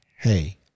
hey